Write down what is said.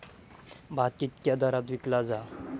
भात कित्क्या दरात विकला जा?